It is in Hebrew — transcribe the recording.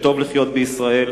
שטוב לחיות בישראל,